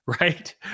right